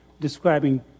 describing